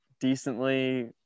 decently